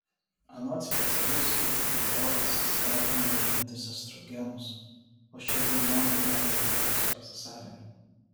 anot specialistų boras skatina gamintis estrogenus o šie hormonai gerina kalcio pasisavinimą